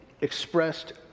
expressed